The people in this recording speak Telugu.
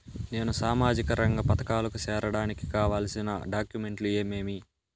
నేను సామాజిక రంగ పథకాలకు సేరడానికి కావాల్సిన డాక్యుమెంట్లు ఏమేమీ?